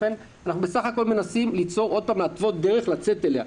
אנחנו בסך הכול מנסים להתוות דרך לצאת אליה,